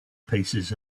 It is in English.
paces